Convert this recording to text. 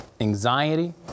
anxiety